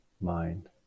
mind